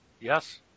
Yes